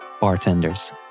bartenders